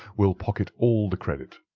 will pocket all the credit.